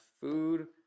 food